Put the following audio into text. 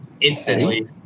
instantly